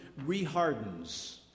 rehardens